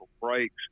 breaks